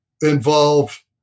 involve